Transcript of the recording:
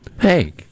Hey